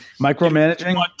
micromanaging